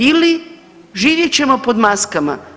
Ili, živjet ćemo pod maskama.